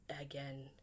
again